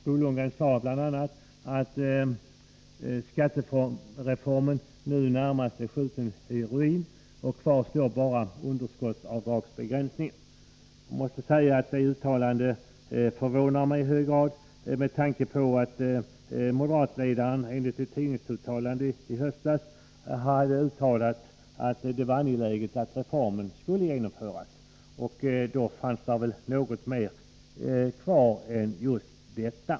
Bo Lundgren sade bl.a. att skattereformen nu närmast är i ruiner och att kvar står bara underskottsavdragsbegränsningen. Jag måste säga att detta uttalande förvånar mig i hög grad, med tanke på att moderatledaren i ett tidningsuttalande i höstas sade att det var angeläget att reformen skulle genomföras. Då måste det väl ha funnits kvar något mer än just detta?